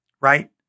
right